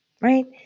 right